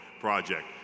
project